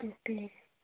అంటే